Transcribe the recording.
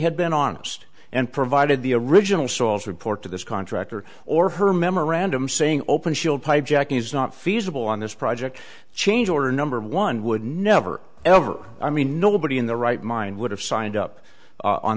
had been honest and provided the original saul's report to this contractor or her memorandum saying open shield hijacking is not feasible on this project change order number one would never ever i mean nobody in their right mind would have signed up on